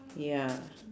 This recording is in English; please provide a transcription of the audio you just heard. ya